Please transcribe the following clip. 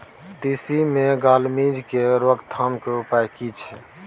तिसी मे gall midge के रोकथाम के उपाय की छै?